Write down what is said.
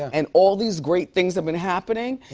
and all these great things have been happening.